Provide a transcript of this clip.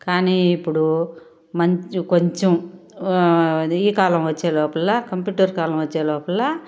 కానీ ఇపుడు మంచు కొంచెం ఇది ఈ కాలం వచ్చేలోపల కంప్యూటర్ కాలం వచ్చేలోపల